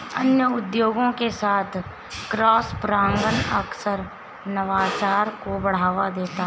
अन्य उद्योगों के साथ क्रॉसपरागण अक्सर नवाचार को बढ़ावा देता है